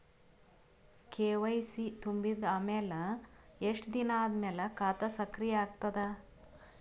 KYC ತುಂಬಿದ ಅಮೆಲ ಎಷ್ಟ ದಿನ ಆದ ಮೇಲ ಖಾತಾ ಸಕ್ರಿಯ ಅಗತದ?